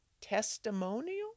testimonial